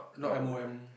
not M_O_M